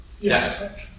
Yes